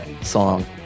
song